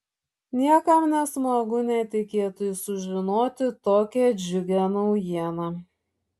niekam nesmagu netikėtai sužinoti tokią džiugią naujieną